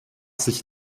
sich